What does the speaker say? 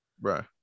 Right